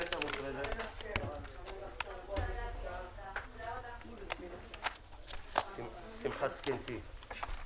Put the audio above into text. הישיבה ננעלה בשעה 11:00.